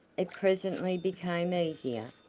it presently became easier,